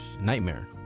nightmare